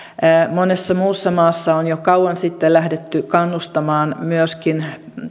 monessa muussa maassa on jo kauan sitten lähdetty kannustamaan myöskin